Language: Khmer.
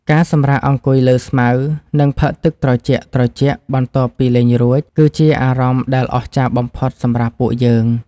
ការសម្រាកអង្គុយលើស្មៅ និងផឹកទឹកត្រជាក់ៗបន្ទាប់ពីលេងរួច គឺជាអារម្មណ៍ដែលអស្ចារ្យបំផុតសម្រាប់ពួកយើង។